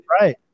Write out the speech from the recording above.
right